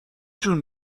جون